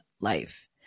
life